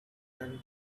and